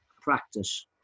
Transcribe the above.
practice